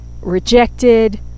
rejected